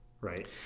right